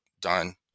done